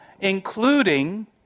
including